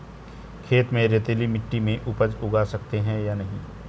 खेत में रेतीली मिटी में उपज उगा सकते हैं या नहीं?